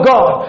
God